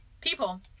people